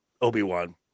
Obi-Wan